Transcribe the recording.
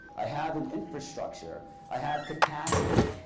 i have an infrastructure, i have capacity.